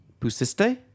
Pusiste